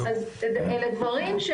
אלה דברים,